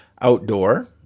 outdoor